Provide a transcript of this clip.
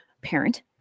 parent